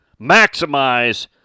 maximize